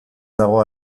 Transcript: dago